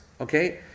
Okay